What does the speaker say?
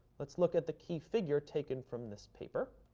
let's look at the key figure, taken from this paper,